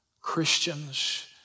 Christians